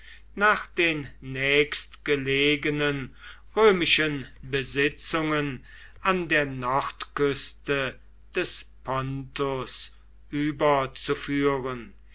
nach den nächstgelegenen römischen besitzungen an der nordküste des pontus überzuführen